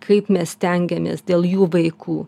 kaip mes stengiamės dėl jų vaikų